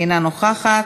אינה נוכחת,